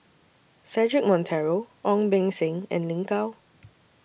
Cedric Monteiro Ong Beng Seng and Lin Gao